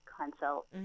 consult